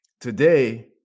today